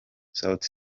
sauti